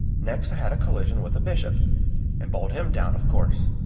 next, i had a collision with a bishop and bowled him down, of course.